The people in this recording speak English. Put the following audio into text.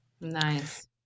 Nice